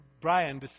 Brian